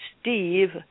Steve